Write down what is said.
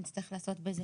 שנצטרך לעשות בזה,